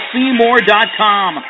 Seymour.com